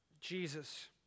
Jesus